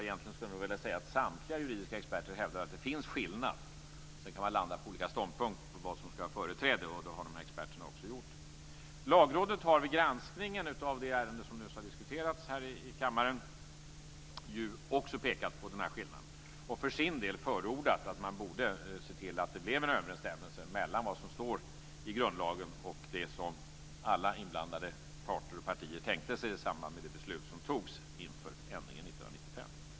Egentligen skulle jag vilja säga att samtliga juridiska experter hävdar att det finns skillnader. Sedan kan man landa på olika ståndpunkter när det gäller vad som skall ha företräde, och det har experterna också gjort. Lagrådet har vid granskningen av det ärende som nyss har diskuterats här i kammaren också pekat på denna skillnad och för sin del förordat att man borde se till att det blir en överensstämmelse mellan vad som står i grundlagen och det som alla inblandade parter och partier tänkte sig i samband med det beslut som fattades inför ändringen 1995.